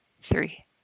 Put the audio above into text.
three